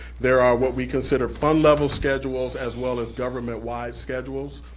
there are what we consider fund level schedules as well as government-wide schedules.